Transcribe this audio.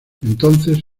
entonces